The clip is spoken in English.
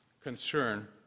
concern